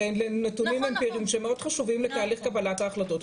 הרי אלה הם נתונים אמפיריים שמאוד חשובים לתהליך קבלת ההחלטות,